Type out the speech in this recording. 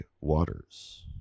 waters